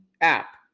app